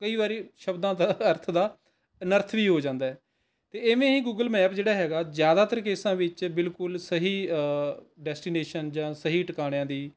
ਕਈ ਵਾਰੀ ਸ਼ਬਦਾਂ ਦਾ ਅਰਥ ਦਾ ਅਨਰਥ ਵੀ ਹੋ ਜਾਂਦਾ ਹੈ ਅਤੇ ਇਵੇਂ ਹੀ ਗੂਗਲ ਮੈਪ ਜਿਹੜਾ ਹੈਗਾ ਜ਼ਿਆਦਾਤਰ ਕੇਸਾਂ ਵਿੱਚ ਬਿਲਕੁਲ ਸਹੀ ਡੈਸਟੀਨੇਸ਼ਨ ਜਾਂ ਸਹੀ ਟਿਕਾਣਿਆਂ ਦੀ